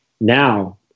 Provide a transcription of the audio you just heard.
now